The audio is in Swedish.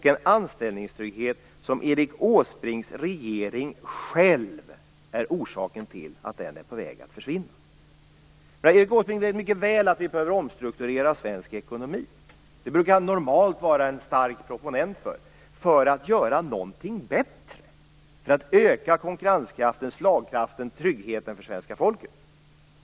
Det är också Erik Åsbrinks regering själv som är orsaken till att den anställningstryggheten är på väg att försvinna. Erik Åsbrink vet mycket väl att vi behöver omstrukturera svensk ekonomi. Det brukar han normalt starkt ivra för, för att förbättra förhållandena, för att öka konkurrenskraften, slagkraften och tryggheten för svenska folket.